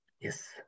Yes